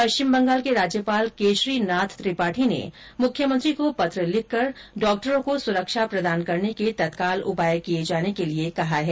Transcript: पश्चिम बंगाल के राज्यपाल केशरी नाथ त्रिपाठी ने मुख्यमंत्री को पत्र लिखकर डॉक्टर्रो को सुरक्षा प्रदान करने के तत्काल उपाय किए जाने के लिए कहा है